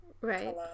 Right